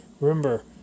Remember